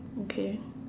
okay